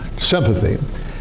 sympathy